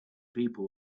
people